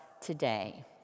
today